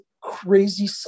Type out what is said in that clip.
crazy